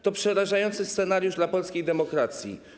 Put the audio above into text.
To przerażający scenariusz dla polskiej demokracji.